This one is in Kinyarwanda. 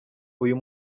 uyu